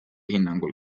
hinnangul